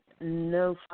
no